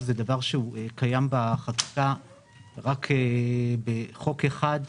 זה דבר שקיים רק בחוק אחד.